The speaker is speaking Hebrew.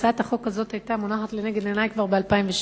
הצעת החוק הזאת היתה מונחת לנגד עיני כבר ב-2006,